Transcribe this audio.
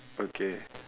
okay